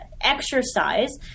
exercise